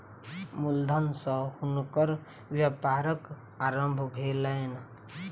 मूल धन सॅ हुनकर व्यापारक आरम्भ भेलैन